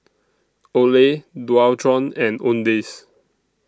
Olay Dualtron and Owndays